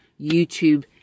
YouTube